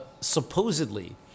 supposedly